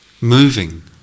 moving